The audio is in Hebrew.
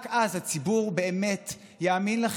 רק אז הציבור באמת יאמין לכם.